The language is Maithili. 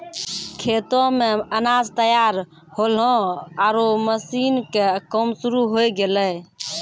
खेतो मॅ अनाज तैयार होल्हों आरो मशीन के काम शुरू होय गेलै